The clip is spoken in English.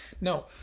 No